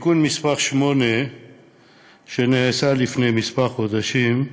בתיקון מס' 8 שנעשה לפני כמה חודשים,